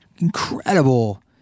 incredible